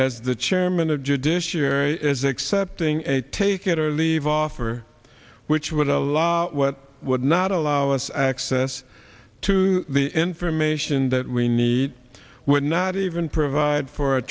as the chairman of judiciary is accepting a take it or leave offer which would allow what would not allow us access to the information that we need would not even provide for a